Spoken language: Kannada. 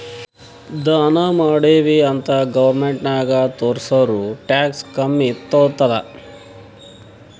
ದಾನಾ ಮಾಡಿವ್ ಅಂತ್ ಗೌರ್ಮೆಂಟ್ಗ ತೋರ್ಸುರ್ ಟ್ಯಾಕ್ಸ್ ಕಮ್ಮಿ ತೊತ್ತುದ್